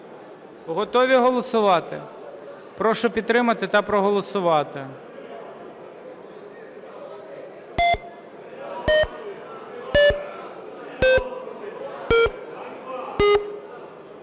Готові голосувати? Прошу підтримати та проголосувати.